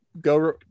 go